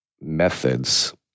methods